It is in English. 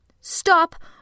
Stop